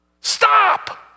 Stop